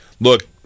look